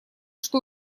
что